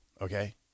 Okay